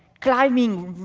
climbing,